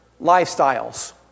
lifestyles